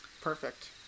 perfect